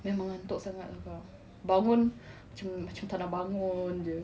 memang ngantuk sangat lah kak bangun macam macam tak nak bangun jer